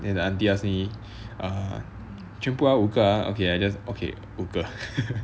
then the aunty ask me err 全部要五个啊